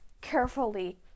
carefully